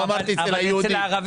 לא אמרתי אצל היהודים.